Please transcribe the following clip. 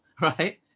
right